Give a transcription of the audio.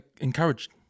encouraged